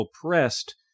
oppressed